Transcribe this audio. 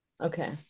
Okay